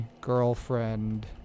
girlfriend